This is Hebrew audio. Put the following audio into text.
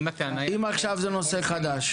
אם זה נושא חדש.